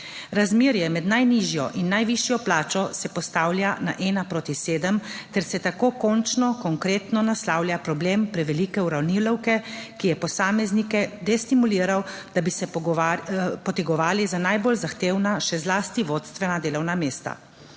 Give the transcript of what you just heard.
Razmerje med najnižjo in najvišjo plačo se postavlja na ena proti sedem ter se tako končno konkretno naslavlja problem prevelike uravnilovke, ki je posameznike destimuliral, da bi se potegovali za najbolj zahtevna, še zlasti vodstvena delovna mesta.